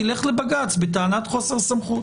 תלך לבג"ץ בטענת חוסר סמכות.